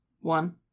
One